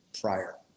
prior